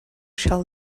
shall